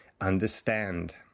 understand